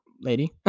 lady